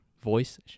voice